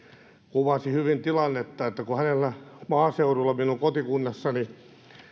kuvasi hyvin tilannetta että kun hänellä maaseudulla minun kotikunnassani